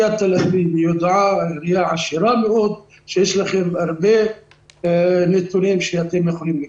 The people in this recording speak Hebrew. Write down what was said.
תל אביב היא עיר עשירה מאוד ויש לכם הרבה נתונים שאתם יכולים לתמוך.